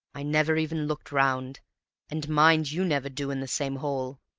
i never even looked round and mind you never do in the same hole.